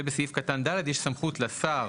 ובסעיף קטן (ד) יש סמכות לשר,